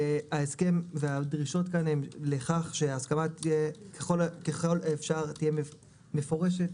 ההסכם והדרישות כאן הן לכך שההסכמה ככל האפשר תהיה מפורשת